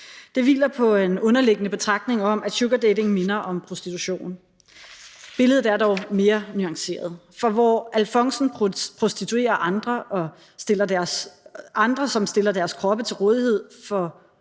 Det hviler på en underliggende betragtning om, at sugardating minder om prostitution. Billedet er dog mere nuanceret, for hvor alfonsen prostituerer andre, som stiller deres kroppe til rådighed for